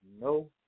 No